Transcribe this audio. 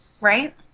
right